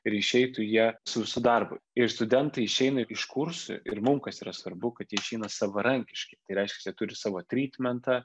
ir išeitų jie su visu darbu ir studentai išeina iš kursų ir mum kas yra svarbu kad jie išeina savarankiški tai reiškias jie turi savo trytmentą